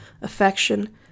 affection